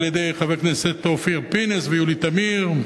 על-ידי חברי הכנסת אופיר פינס ויולי תמיר.